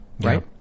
right